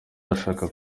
arashaka